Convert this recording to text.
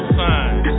sign